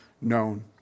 known